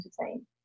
entertain